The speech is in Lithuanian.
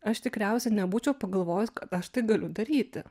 aš tikriausia nebūčiau pagalvojus kad aš tai galiu daryti